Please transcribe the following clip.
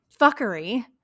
fuckery